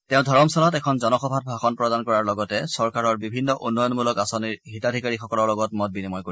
তেওঁ ধৰমশালাত এখন জনসভাত ভাষণ প্ৰদান কৰাৰ লগতে চৰকাৰৰ বিভিন্ন উন্নয়নমূলক আঁচনিৰ হিতাধিকাৰীসকলৰ লগত মত বিনিময় কৰিব